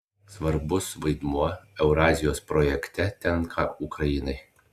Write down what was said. svarbus vaidmuo eurazijos projekte tenka ukrainai